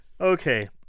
Okay